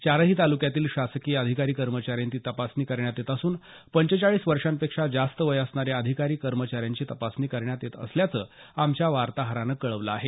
चारही तालुक्यातील शासकीय अधिकारी कर्मचाऱ्यांची तपासणी करण्यात येत असून पंचेचाळीस वर्षांपेक्षा जास्त वय असणारे अधिकारी कर्मचाऱ्यांची तपासणी करण्यात येत असल्याचं आमच्या वार्ताहरांनी कळवलं आहे